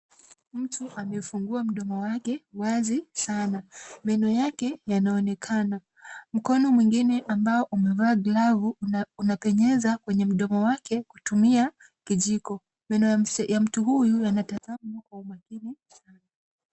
Mtu amefungua mdomo wake wazi sana. Meno yake yanaonekana. Mkono mwingine ambao umevaa glavu unapenyeza kwenye mdomo wake kutumia kijiko. Meno ya mtu huyu yanatazamwa kwa umakini sana.